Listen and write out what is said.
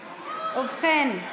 ובכן,